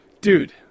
dude